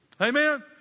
Amen